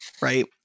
right